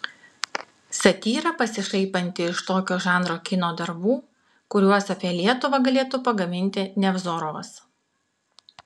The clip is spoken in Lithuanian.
satyra pasišaipanti iš tokio žanro kino darbų kuriuos apie lietuvą galėtų pagaminti nevzorovas